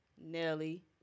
Nelly